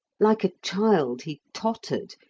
like a child he tottered,